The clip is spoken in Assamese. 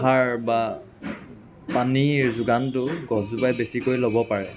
সাৰ বা পানীৰ যোগানটো গছজোপাই বেছিকৈ ল'ব পাৰে